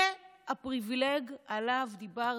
זה הפריבילג שעליו דיברתי.